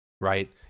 right